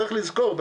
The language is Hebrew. צריך לזכור,